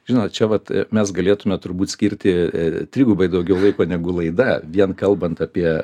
žinot čia vat mes galėtume turbūt skirti trigubai daugiau laiko negu laida vien kalbant apie